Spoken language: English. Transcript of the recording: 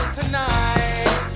tonight